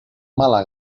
mala